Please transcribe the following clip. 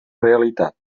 realitat